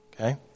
okay